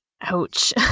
ouch